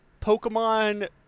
Pokemon